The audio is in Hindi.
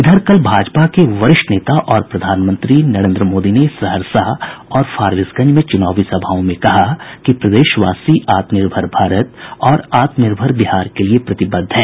इधर कल भाजपा के वरिष्ठ नेता और प्रधानमंत्री नरेंद्र मोदी ने सहरसा और फारबिसगंज में चुनावी सभाओं में कहा कि प्रदेशवासी आत्मनिर्भर भारत और आत्मनिर्भर बिहार के लिए प्रतिबद्ध हैं